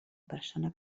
persona